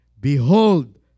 Behold